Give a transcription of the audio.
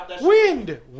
Wind